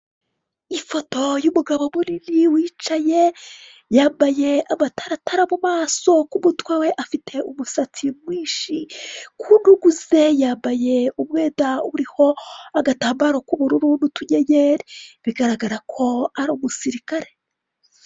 Ifoto y'umugabo munini wicaye yambaye amataratara mu maso ku mutwe we afite umusatsi mwinshi, ku ntugu ze yambaye umwenda uriho agatambaro k'ubururu n'utunyenyeri bigaragara ko ari umusirikare.